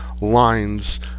lines